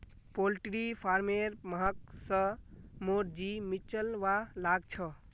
poultry फारमेर महक स मोर जी मिचलवा लाग छ